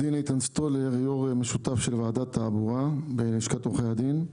יושב ראש משותף של ועדת תעבורה בלשכת עורכי הדין.